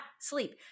sleep